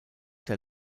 der